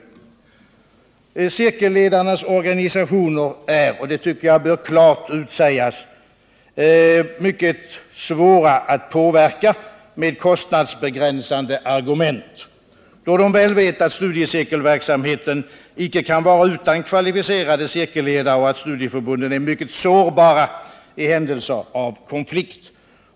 Cirkelledarnas organisationer är, det bör klart utsägas, mycket svåra att påverka med kostnadsbegränsande argument, då de väl vet att studiecirkelverksamheten icke kan vara utan kvalificerade cirkelledare och att studieförbunden är mycket sårbara i händelse av konflikt.